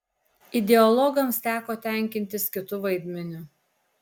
ideologams teko tenkintis kitu vaidmeniu